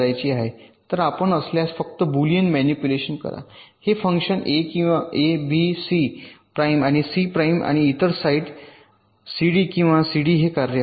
तर आपण असल्यास फक्त बुलियन मॅनिपुलेशन करा हे फंक्शन ए किंवा बी सी प्राइम आणि सी प्राइम आणि आहे इतर साइट सीडी किंवा सीडी हे कार्य आहे